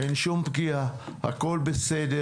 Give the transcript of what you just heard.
אין שום פגיעה, הכול בסדר.